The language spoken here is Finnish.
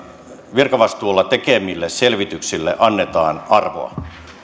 virkavastuulla tekemille selvityksille annetaan arvoa